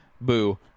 Boo